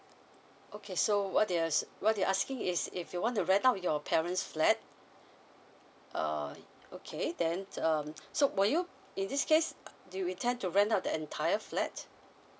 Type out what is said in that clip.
okay so what you're what you're asking is if you want to rent out your parents flat uh okay then um so were you in this case uh do you intend to rent out the entire flat